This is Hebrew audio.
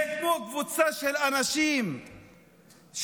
זה כמו קבוצה של אנשים שנמצאים